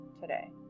today